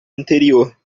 anterior